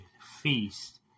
feast